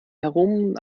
herum